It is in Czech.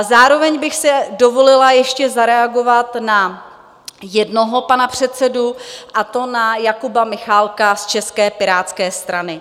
Zároveň bych si dovolila ještě zareagovat na jednoho pana předsedu, a to na Jakuba Michálka z České pirátské strany.